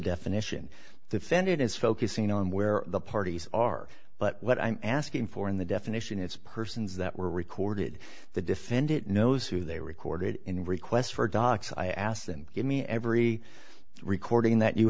definition defended is focusing on where the parties are but what i'm asking for in the definition it's persons that were recorded the defendant knows who they recorded in request for dox i asked and give me every recording that you